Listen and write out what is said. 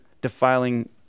defiling